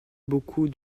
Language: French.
beaucoup